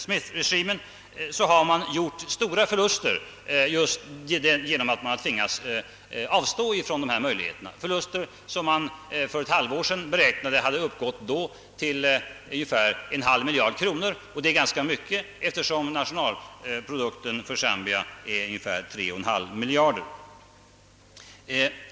Smithregimen, har man gjort stora förluster just genom att man tvingats avstå från dessa möjligheter, förluster som: man för ett halvår sedan beräknade till ungefär en halv miljard kronor. Det är ganska mycket, eftersom nationalprodukten för Zambia är ungefär 3,5 miljarder kronor.